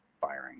firing